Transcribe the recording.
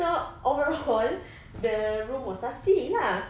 so overall [one] the room was dusty lah